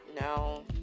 No